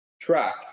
track